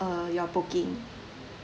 uh your booking